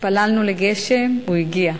התפללנו לגשם, הוא הגיע.